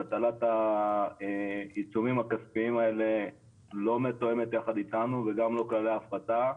הטלת העיצומים הכספיים האלה לא מתואמת יחד איתנו וגם לא כללי ההפחתה,